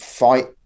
fight